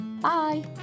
Bye